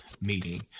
meeting